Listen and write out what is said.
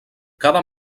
cada